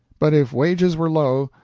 but if wages were low,